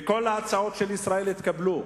וכל ההצעות של ישראל התקבלו.